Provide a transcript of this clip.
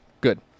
good